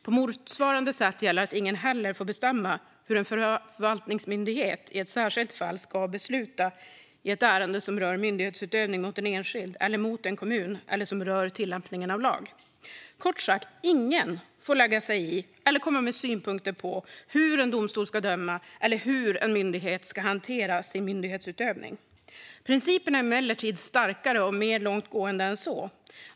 På motsvarande sätt gäller att ingen heller får bestämma hur en förvaltningsmyndighet i ett särskilt fall ska besluta i ett ärende som rör myndighetsutövning gentemot en enskild eller en kommun eller som rör tillämpningen av lag. Kort sagt: Ingen får lägga sig i eller komma med synpunkter på hur en domstol ska döma eller hur en myndighet ska hantera sin myndighetsutövning. Principerna är emellertid starkare och mer långtgående än så.